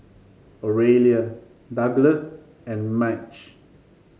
Oralia Douglas and Madge